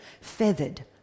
feathered